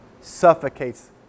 suffocates